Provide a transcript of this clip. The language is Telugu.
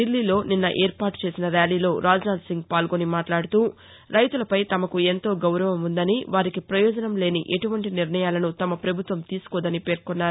దిల్లీలో నిన్న ఏర్పాటుచేసిన ర్యాలీలో రాజ్నాథ్సింగ్ పాల్గొని మాట్లాడుతూ రైతులపై తమకు ఎంతో గౌరవం ఉందనివారికి ప్రయోజనం లేని ఎటువంటీ నిర్ణయాలను తమ పభుత్వం తీసుకోదని పేర్కొన్నారు